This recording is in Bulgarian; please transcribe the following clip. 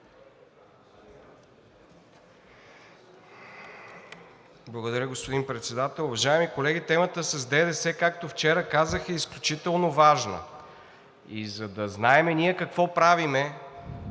Благодаря, господин Председател. Уважаеми колеги, темата с ДДС, както вчера казах, е изключително важна и за да знаем ние какво правим